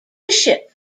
bishop